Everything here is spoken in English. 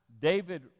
David